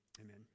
amen